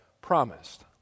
promised